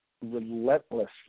relentlessly